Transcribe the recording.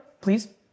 please